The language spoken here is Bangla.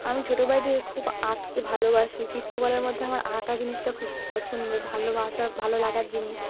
আমি ছোটোবেলা থেকে খুব আঁকতে ভালোবাসি চিত্রকলার মধ্যে আমার আঁকা জিনিসটা খুব পছন্দের ভালোবাসার ভালো লাগার জিনিস